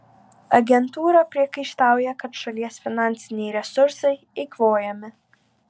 agentūra priekaištauja kad šalies finansiniai resursai eikvojami